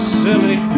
silly